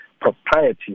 propriety